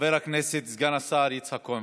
חבר הכנסת סגן השר יצחק כהן.